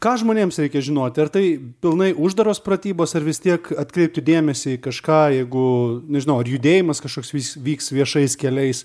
ką žmonėms reikia žinoti ar tai pilnai uždaros pratybos ar vis tiek atkreipti dėmesį į kažką jeigu nežinau ar judėjimas kažkoks vis vyks viešais keliais